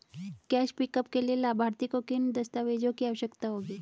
Cash pickup के लिए लाभार्थी को किन दस्तावेजों की आवश्यकता होगी?